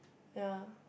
yea